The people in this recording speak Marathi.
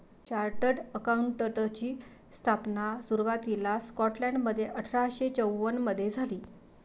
चार्टर्ड अकाउंटंटची स्थापना सुरुवातीला स्कॉटलंडमध्ये अठरा शे चौवन मधे झाली